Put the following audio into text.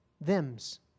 thems